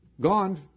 gone